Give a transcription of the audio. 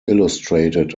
illustrated